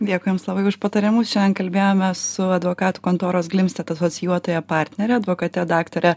dėkui jums labai už patarimus šiandien kalbėjomės su advokatų kontoros glimstedt asocijuotąja partnere advokate daktare